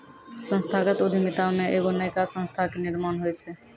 संस्थागत उद्यमिता मे एगो नयका संस्था के निर्माण होय छै